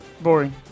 Boring